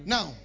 Now